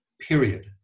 period